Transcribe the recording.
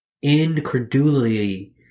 Incredulity